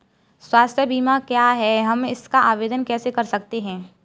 स्वास्थ्य बीमा क्या है हम इसका आवेदन कैसे कर सकते हैं?